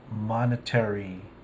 monetary